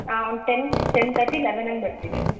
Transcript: ಒಂದು ten ten thirty eleven ಹಂಗ್ ಬರ್ತೀವಿ